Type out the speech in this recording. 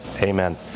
Amen